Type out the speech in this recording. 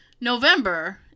November